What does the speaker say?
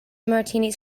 martinis